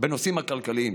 בנושאים הכלכליים: